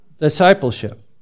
Discipleship